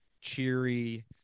cheery